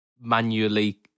manually